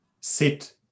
sit